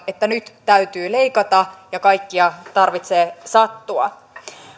että nyt täytyy leikata ja kaikkiin tarvitsee sattua